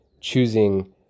choosing